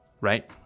right